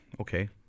okay